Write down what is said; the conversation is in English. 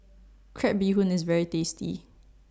Crab Bee Hoon IS very tasty